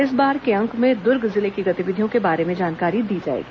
इस बार के अंक में दुर्ग जिले की गतिविधियों के बारे में जानकारी दी जाएगी